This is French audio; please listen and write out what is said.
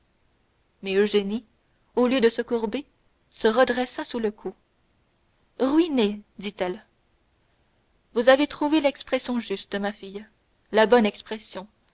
mais eugénie au lieu de se courber se redressa sous le coup ruiné dit-elle vous avez trouvé l'expression juste ma fille la bonne expression